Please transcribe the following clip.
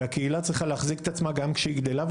והקהילה צריכה להחזיק את עצמה גם כשהיא גדלה,